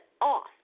off